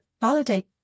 validate